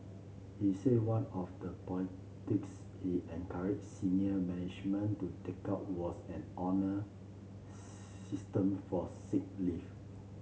he said one of the he encouraged senior management to take up was an honour system for sick leave